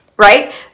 right